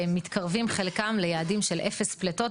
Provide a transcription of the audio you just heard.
והם מתקרבים חלקם ליעדים של 0 פליטות,